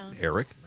Eric